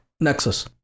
Nexus